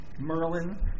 Merlin